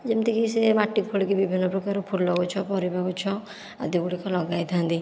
ଯେମିତିକି ସେ ମାଟି ଖୋଳିକି ବିଭିନ୍ନ ପ୍ରକାର ଫୁଲ ଗଛ ପରିବା ଗଛ ଆଦିଗୁଡ଼ିକ ଲଗାଇଥାନ୍ତି